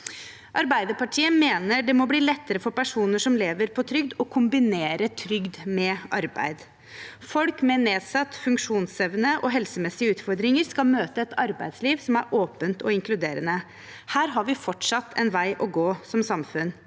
Arbeiderpartiet mener det må bli lettere for personer som lever på trygd å kombinere trygd med arbeid. Folk med nedsatt funksjonsevne og helsemessige utfordringer skal møte et arbeidsliv som er åpent og inkluderende. Her har vi fortsatt en vei å gå som samfunn.